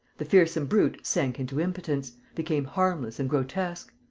the fearsome brute sank into impotence, became harmless and grotesque.